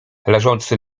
leżący